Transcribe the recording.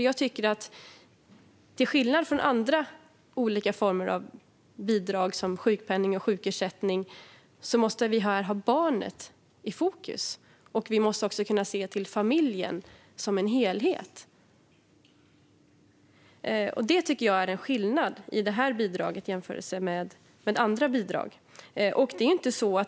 Jag tycker att till skillnad från andra former av bidrag som sjukpenning och sjukersättning måste vi här ha barnet i fokus, och vi måste också kunna se till familjen som en helhet. Det tycker jag är en skillnad mellan det här bidraget och andra bidrag.